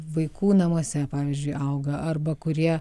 vaikų namuose pavyzdžiui auga arba kurie